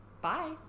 Bye